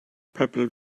purple